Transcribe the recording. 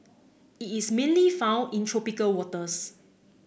it is mainly found in tropical waters